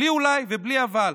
בלי אולי ובלי אבל.